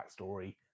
backstory